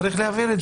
צריך להבהיר את זה.